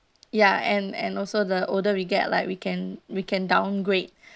ya and and also the older we get like we can we can downgrade